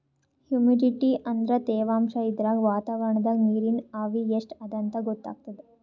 humidity ಅಂದ್ರ ತೆವಾಂಶ್ ಇದ್ರಾಗ್ ವಾತಾವರಣ್ದಾಗ್ ನೀರಿನ್ ಆವಿ ಎಷ್ಟ್ ಅದಾಂತ್ ಗೊತ್ತಾಗ್ತದ್